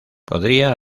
podría